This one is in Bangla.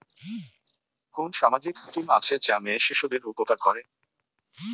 কোন সামাজিক স্কিম আছে যা মেয়ে শিশুদের উপকার করে?